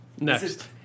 Next